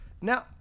Now